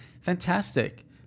Fantastic